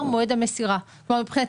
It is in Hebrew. למדד בכלל.